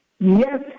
Yes